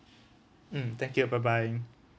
mm thank you bye bye